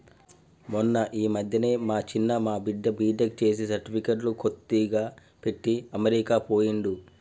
మొన్న ఈ మధ్యనే మా చిన్న మా బిడ్డ బీటెక్ చేసి సర్టిఫికెట్లు కొద్దిగా పెట్టి అమెరికా పోయిండు